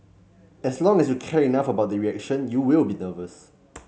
as long as you care enough about the reaction you will be nervous